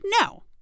No